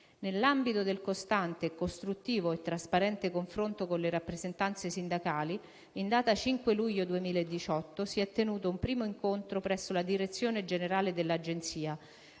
Nell'ambito del costante, costruttivo e trasparente confronto con le rappresentanze sindacali, in data 5 luglio 2018 si è tenuto un primo incontro presso la direzione generale dell'Agenzia,